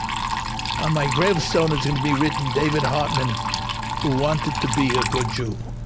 ah my gravestone it's going to be written david hartman who wanted to be a good jew.